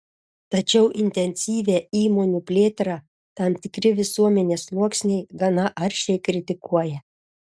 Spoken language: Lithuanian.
tačiau intensyvią įmonių plėtrą tam tikri visuomenės sluoksniai gana aršiai kritikuoja